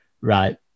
right